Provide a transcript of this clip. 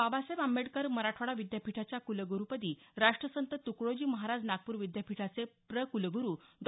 बाबासाहेब आंबेडकर मराठवाडा विद्यापीठाच्या कुलग्रुपदी राष्ट्रसंत तुकडोजी महाराज नागपूर विद्यापीठाचे प्र कुलगुरु डॉ